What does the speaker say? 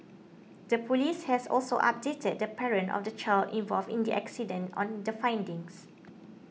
the police has also updated the parent of the child involved in the accident on the findings